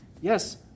yes